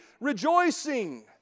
rejoicing